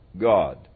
God